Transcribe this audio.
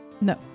No